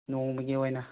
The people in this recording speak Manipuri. ꯅꯣꯡꯃꯒꯤ ꯑꯣꯏꯅ